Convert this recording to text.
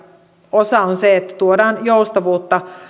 osa on se että tuodaan joustavuutta